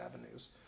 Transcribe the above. avenues